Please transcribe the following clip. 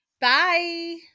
Bye